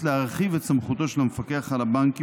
להרחיב את סמכותו של המפקח על הבנקים,